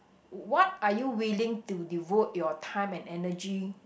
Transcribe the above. what are you willing to devote your time and energy